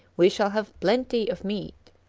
we shall have plenty of meat!